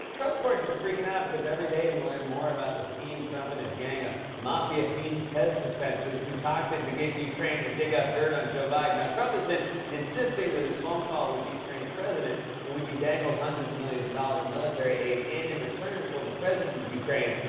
trump, of course, is freaking out because every day, we learn more about the scheme trump and his gang of mafia-themed pez dispensers concocted to get ukraine to dig up dirt on joe biden. now trump has been insisting that his phone call with ukraine's president in which he dangled hundreds of millions of dollars in military aid, and in return told the president of ukraine,